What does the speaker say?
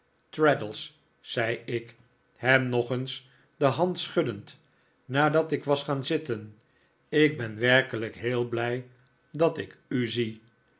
traddles zei ik hem nog eens de hand schuddend nadat ik was gaan zitten ik ben werkelijk heel blij dat ik u zie